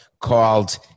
called